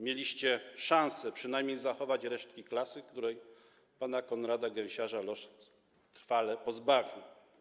Mieliście szansę przynajmniej zachować resztki klasy, której pana Konrada Gęsiarza los trwale pozbawił.